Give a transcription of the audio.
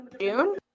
June